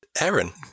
Aaron